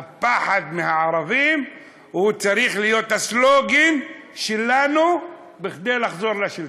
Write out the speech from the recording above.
הפחד מהערבים הוא צריך להיות הסלוגן שלנו כדי לחזור לשלטון.